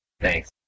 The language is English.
Thanks